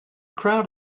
crowd